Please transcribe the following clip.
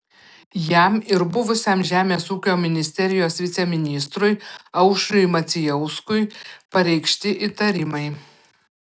jam ir buvusiam žemės ūkio ministerijos viceministrui aušriui macijauskui pareikšti įtarimai